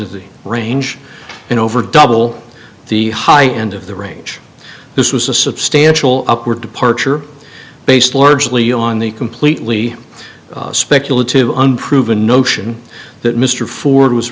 of the range and over double the high end of the range this was a substantial upward departure based largely on the completely speculative unproven notion that mr ford was